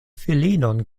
filinon